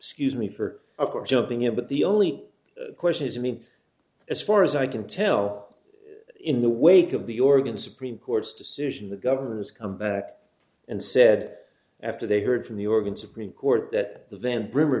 scuse me for of course jumping in but the only question is i mean as far as i can tell in the wake of the organ supreme court's decision the government has come back and said after they heard from the organ supreme court that the van